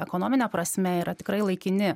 ekonomine prasme yra tikrai laikini